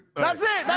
it, that's it, yeah.